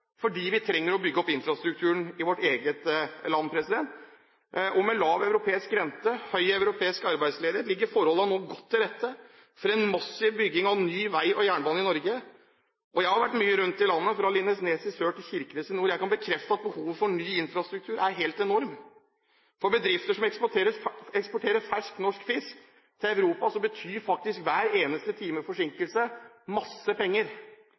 fordi vi trenger å bygge opp infrastrukturen i vårt eget land. Med lav europeisk rente og høy europeisk arbeidsledighet ligger forholdene nå godt til rette for en massiv bygging av ny vei og jernbane i Norge. Jeg har vært mye rundt i landet, fra Lindesnes i sør til Kirkenes i nord, og jeg kan bekrefte at behovet for ny infrastruktur er helt enormt. For bedrifter som eksporterer fersk norsk fisk til Europa, betyr faktisk hver eneste time med forsinkelse masse penger.